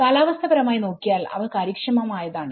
കാലാവസ്ഥപരമായി നോക്കിയാൽ അവ കാര്യക്ഷമമായതാണ്